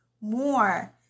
more